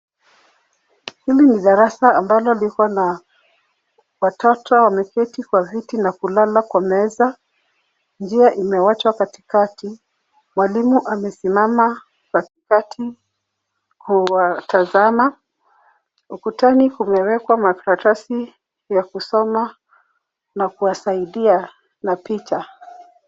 Hili ni darasa ambalo liko na watoto wameketi kwa viti na kulala kwa meza. Njia imewachwa katikati. Mwalimu amesimama katikati kuwatazama. Ukutani kumewekwa makaratasi ya kusoma na kuwasaidia na picha.